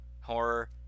horror